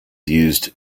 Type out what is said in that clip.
used